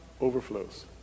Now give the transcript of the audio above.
overflows